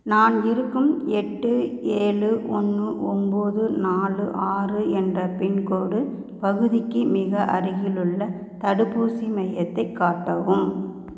நான் இருக்கும் எட்டு ஏலு ஒன்று ஒம்பது நாலு ஆறு என்ற பின்கோடு பகுதிக்கு மிக அருகிலுள்ள தடுப்பூசி மையத்தை காட்டவும்